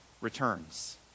returns